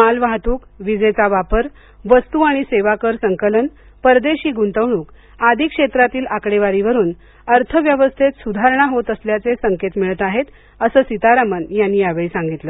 माल वाहतूक विजेचा वापर वस्तू आणि सेवा कर संकलन परदेशी गुतवणूक आदी क्षेत्रातील आकडेवारीवरून अर्थव्यवस्थेत सुधारणा होत असल्याचे संकेत मिळत आहेत असं ही सीतारामन यांनी यावेळी सांगितलं